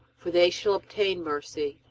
for they shall obtain mercy.